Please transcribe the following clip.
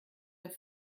der